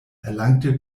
erlangte